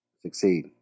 succeed